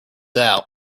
out